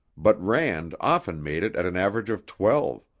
but rand often made it at an average of twelve,